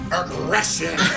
aggression